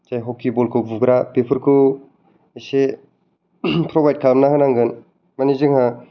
जाय हकि बलखौ बुग्रा बेफोरखौ इसे प्रबाइद खालामना होनांगोन माने जोंहा